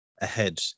ahead